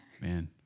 Man